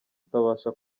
utabasha